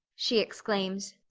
she exclaimed,